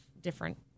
different